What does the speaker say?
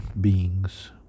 beings